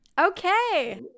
Okay